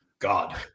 God